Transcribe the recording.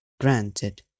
Granted